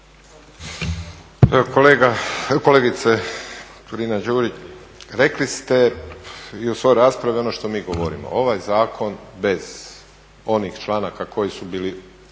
kolegice Turina-Đurić, rekli ste i u svojoj raspravi ono što mi govorimo. Ovaj zakon bez onih članaka koji su bili